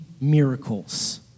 miracles